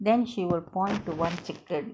then she will point to one chicken